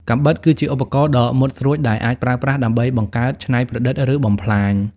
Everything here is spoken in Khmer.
កាំបិត គឺជាឧបករណ៍ដ៏មុតស្រួចដែលអាចប្រើប្រាស់ដើម្បីបង្កើត ច្នៃប្រឌិត ឬបំផ្លាញ។